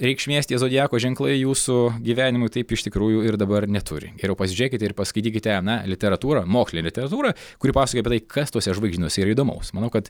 reikšmės tie zodiako ženklai jūsų gyvenimui taip iš tikrųjų ir dabar neturi geriau pasižiūrėkit ir paskaitykite na literatūrą mokslinę literatūrą kuri pasakoja apie tai kas tuose žvaigždynuose yra įdomaus manau kad